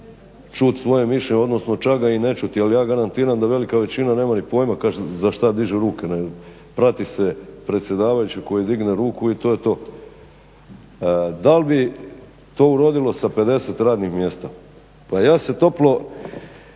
Čut' svoje mišljenje, odnosno čak ga i ne čuti, ali ja garantiram da velika većina nema ni pojma za što dižu ruke, prati se predsjedavajući koji digne ruku i to je to. Dal' bi to urodilo sa 50 radnih mjesta? Pa ja se toplo